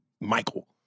Michael